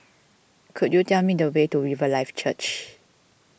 could you tell me the way to Riverlife Church